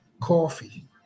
Coffee